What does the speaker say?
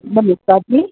ਨਮਸਕਾਰ ਜੀ